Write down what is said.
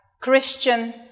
Christian